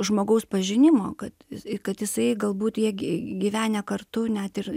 žmogaus pažinimo kad kad jisai galbūt jie gyvenę kartu net ir